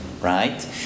right